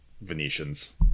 venetians